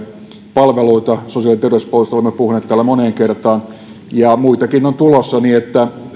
palveluita sosiaali ja terveyspuolesta olemme puhuneet täällä moneen kertaan ja muitakin on tulossa on